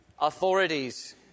authorities